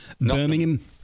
Birmingham